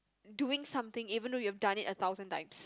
doing something even though you've done it a thousand times